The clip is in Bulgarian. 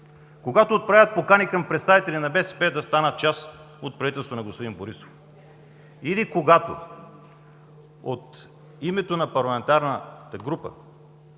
когато отправят покани към представители на БСП да станат част от правителството на господин Борисов, или когато от името на парламентарната група